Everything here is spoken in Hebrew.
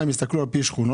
הם הסתכלו שם על פי שכונות.